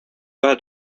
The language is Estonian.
ühe